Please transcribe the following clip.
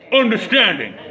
understanding